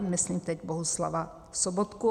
Myslím teď Bohuslava Sobotku.